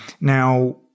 Now